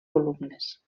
columnes